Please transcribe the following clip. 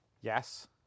Yes